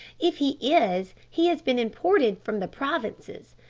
if he is, he has been imported from the provinces.